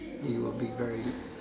you will be very